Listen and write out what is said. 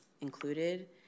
included